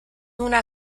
una